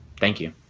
thank you.